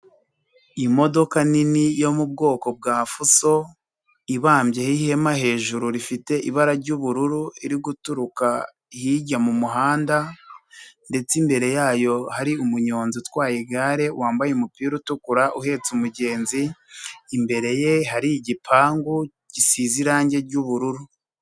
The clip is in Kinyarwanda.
Imodoka nini yo mu bwoko bwa fuso ibambyeho ihema hejuru rifite ibara ry'ubururu, iri guturuka hirya mu muhanda ndetse imbere yayo hari umunyonzi utwaye igare wambaye umupira utukura uhetse umugenzi, imbere ye hari igipangu gisize irangi ry'ubururu.